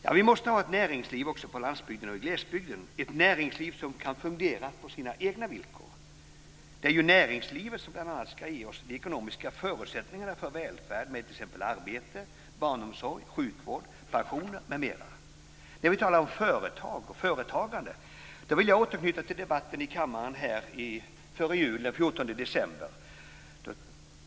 Ja, vi måste ha ett näringsliv också på landsbygden och i glesbygden, ett näringsliv som kan fungera på sina egna villkor. Det är ju näringslivet som bl.a. ska ge oss de ekonomiska förutsättningarna för välfärd, som arbete, barnomsorg, sjukvård och pensioner. När vi talar om företag och företagande vill jag återknyta till debatten i kammaren före jul, den 14 december förra året.